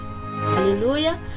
Hallelujah